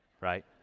right